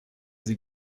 sie